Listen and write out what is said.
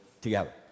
together